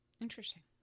Interesting